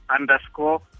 underscore